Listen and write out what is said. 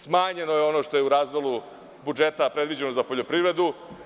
Smanjeno je ono što je u razdelu budžeta predviđeno za poljoprivredu.